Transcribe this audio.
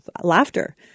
laughter